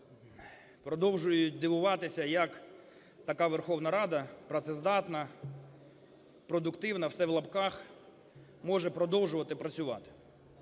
продовжують дивуватися, як така Верховна Рада "працездатна", "продуктивна" (все в лапках) може продовжувати працювати.